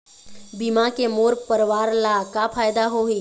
बीमा के मोर परवार ला का फायदा होही?